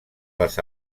les